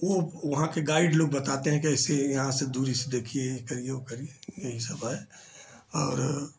वह वहाँ के गाइड लोग बताते हैं कि ऐसे यहाँ से दूरी से देखिए सहयोग करिए कितने यह सब आए और